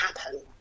happen